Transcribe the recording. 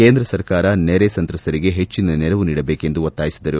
ಕೇಂದ್ರ ಸರ್ಕಾರ ನೆರೆ ಸಂತ್ರಸ್ತರಿಗೆ ಹೆಚ್ಚಿನ ನೆರವು ನೀಡಬೇಕೆಂದು ಒತ್ತಾಯಿಸಿದರು